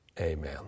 Amen